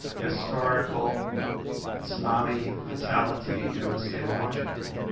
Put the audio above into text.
historical tsunami fatality in the state of washington.